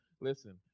Listen